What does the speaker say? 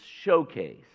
showcase